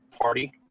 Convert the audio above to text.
party